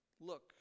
Look